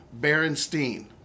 Berenstein